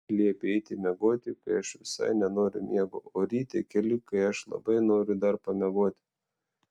liepi eiti miegoti kai aš visai nenoriu miego o ryte keli kai aš labai noriu dar pamiegoti